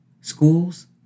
schools